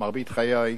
מרבית חיי,